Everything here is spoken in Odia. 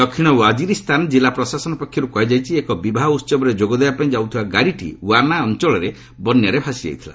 ଦକ୍ଷିଣ ୱାଜିରିସ୍ତାନ ଜିଲ୍ଲା ପ୍ରଶାସନ ପକ୍ଷରୁ କୁହାଯାଇଛି ଏକ ବିବାହ ଉତ୍ସବରେ ଯୋଗ ଦେବାପାଇଁ ଯାଉଥିବା ଗାଡ଼ିଟି ୱାନା ଅଞ୍ଚଳରେ ବନ୍ୟାରେ ଭାସିଯାଇଥିଲା